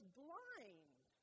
blind